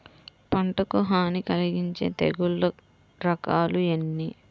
పంటకు హాని కలిగించే తెగుళ్ళ రకాలు ఎన్ని?